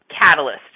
catalyst